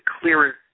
clearer